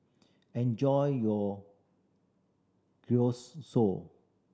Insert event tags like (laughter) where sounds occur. enjoy your (unintelligible)